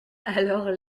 alors